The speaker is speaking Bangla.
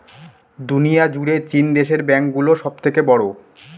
দুনিয়া জুড়ে চীন দেশের ব্যাঙ্ক গুলো সব থেকে বড়ো